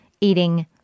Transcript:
eating